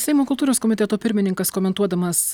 seimo kultūros komiteto pirmininkas komentuodamas